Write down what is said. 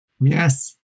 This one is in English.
Yes